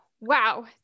Wow